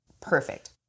perfect